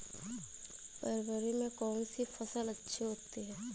फरवरी में कौन सी फ़सल अच्छी होती है?